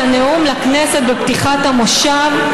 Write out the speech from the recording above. את הנאום לכנסת בפתיחת המושב,